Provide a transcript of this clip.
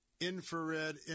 infrared